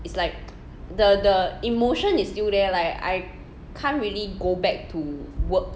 it's like the the emotion is still there like I can't really go back to work